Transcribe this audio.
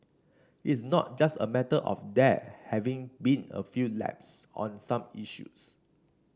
it's not just a matter of there having been a few lapses on some issues